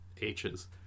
H's